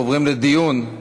אני מתכבדת להודיעכם,